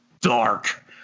dark